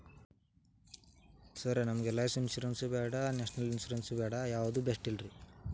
Sir LIC insurance ಅಥವಾ national insurance ಯಾವುದು ಬೆಸ್ಟ್ರಿ?